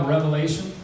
Revelation